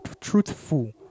truthful